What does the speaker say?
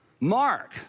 Mark